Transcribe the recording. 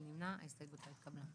הצבעה ההסתייגות לא התקבלה.